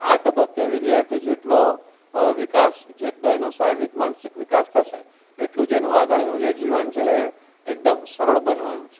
આ તબક્કે વિદ્યાર્થી જેટલો શારીરિક જેટલો એનો શારીરિક માનસિક વિકાસ થશે એટલું જ એનું આગળનું જે જીવન છે એ એકદમ સરળ બનવાનું છે